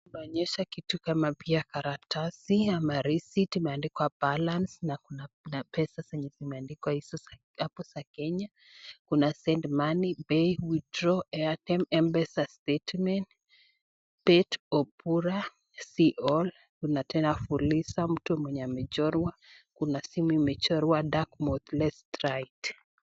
Inaonyesha kitu kama pia karatasi ama receipt imeandikwa balance na pesa zenye imeandikwa hapo za Kenya, kuna send money, pay, withdraw, airtime, mpesa statement Beth Obura, see all na kuna tena fuliza mtu mwenye amechorwa. Kuna simu imechorwa dark mode let's try it .